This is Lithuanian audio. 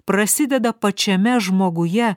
prasideda pačiame žmoguje